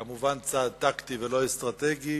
כמובן, צעד טקטי ולא אסטרטגי,